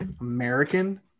American